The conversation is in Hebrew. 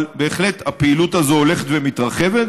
אבל בהחלט הפעילות הזו הולכת ומתרחבת,